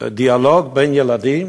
בדיאלוג בין ילדים